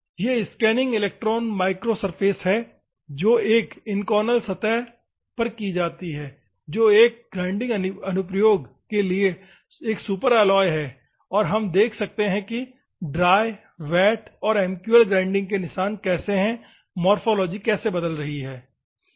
ये scanning electron micro surface हैं जो एक इनकॉनल सतह पर की जाती हैं जो एक ग्राइंडिंग अनुप्रयोग के लिए एक सुपरएलाय है और हम देख रहे हैं कि ड्राई वेट और MQL में ग्राइंडिंग के निशान कैसे हैं मॉर्फोलॉजी कैसे बदल रही है